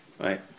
Right